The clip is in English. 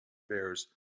bears